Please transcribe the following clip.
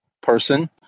person